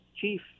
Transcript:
chief